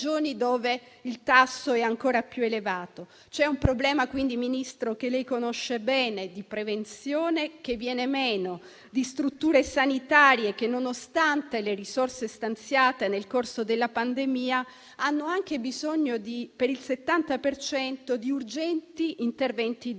C'è un problema quindi, Ministro, che lei conosce bene, di prevenzione che viene meno, di strutture sanitarie che, nonostante le risorse stanziate nel corso della pandemia, hanno anche bisogno, per il 70 per cento, di urgenti interventi di rinnovamento.